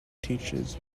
teaches